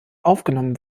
aufgenommen